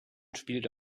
spielte